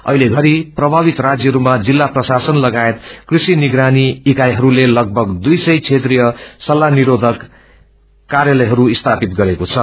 अहिले चरि प्रभावित राज्यहरूमा जिल्ल प्रशासन लागायत कृ थि निगरानी इकाईडस्ले लगभग दुईसय क्षेत्रिय सलाह निरोषक कार्यालयहरू स्थापित गरेको छ